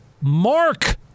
Mark